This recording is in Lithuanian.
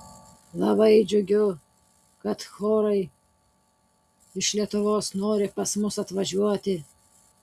labai džiugiu kad chorai iš lietuvos nori pas mus atvažiuoti